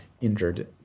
injured